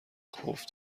خوف